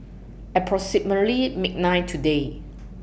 approximately midnight today